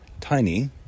Tiny